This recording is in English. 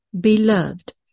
Beloved